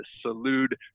salute